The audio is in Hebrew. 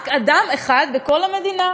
רק אדם אחד בכל המדינה: